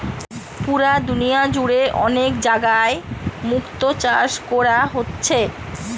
পুরা দুনিয়া জুড়ে অনেক জাগায় মুক্তো চাষ কোরা হচ্ছে